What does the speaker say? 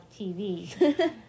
TV